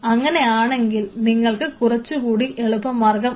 അങ്ങനെയാണെങ്കിൽ നിങ്ങൾക്ക് കുറച്ചുകൂടി എളുപ്പമാർഗം ഉണ്ട്